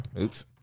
Oops